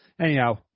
Anyhow